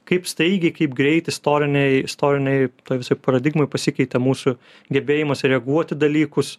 kaip staigiai kaip greit istorinėj istorinėj toj visoj paradigmoj pasikeitė mūsų gebėjimas reaguot į dalykus